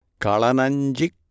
Kalananjik